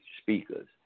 speakers